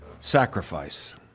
sacrifice